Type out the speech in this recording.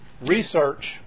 research